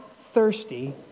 thirsty